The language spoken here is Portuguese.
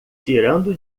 tirando